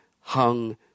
hung